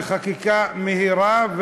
וחקיקה מהירה,